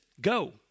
go